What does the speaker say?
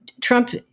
Trump